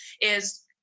is-